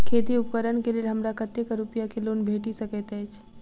खेती उपकरण केँ लेल हमरा कतेक रूपया केँ लोन भेटि सकैत अछि?